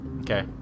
Okay